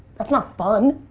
that's not fun.